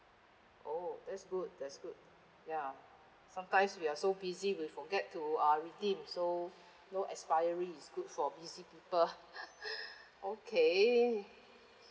oh okay that's good that's good ya sometimes we are so busy we forget to uh redeem so no expiry is good for busy people okay